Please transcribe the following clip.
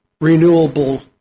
renewable